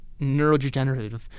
neurodegenerative